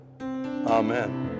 Amen